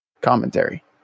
commentary